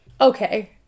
Okay